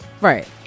right